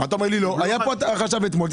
היה כאן החשב אתמול.